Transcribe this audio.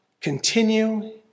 continue